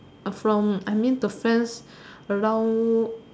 from I mean the friends around